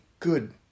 Good